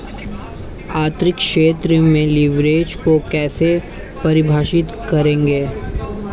आर्थिक क्षेत्र में लिवरेज को कैसे परिभाषित करेंगे?